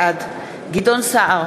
בעד גדעון סער,